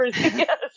Yes